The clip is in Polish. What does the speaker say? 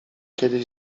kiedyś